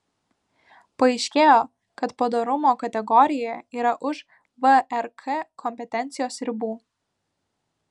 paaiškėjo kad padorumo kategorija yra už vrk kompetencijos ribų